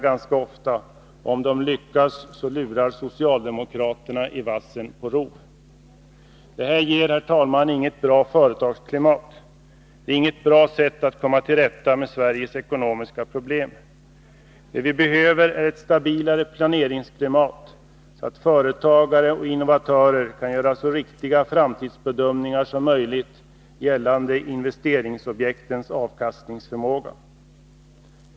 Men om de lyckas så lurar socialdemokraterna i vassen på rTOV. Detta herr talman, ger inget bra företagsklimat. Det är inget bra sätt att komma till rätta med Sveriges ekonomiska problem. Det vi behöver är ett stabilare planeringsklimat, så att företagare och innovatörer kan göra så riktiga framtidsbedömningar som möjligt gällande investeringsobjektens avkastningsförmåga.